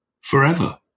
forever